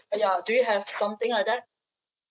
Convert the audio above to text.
ah ya do you have something like that